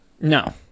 No